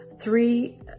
Three